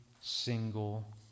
single